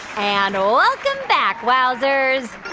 and welcome back, wowzers and